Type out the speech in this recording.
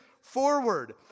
forward